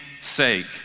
sake